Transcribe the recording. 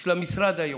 של המשרד הייעודי.